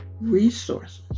resources